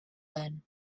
then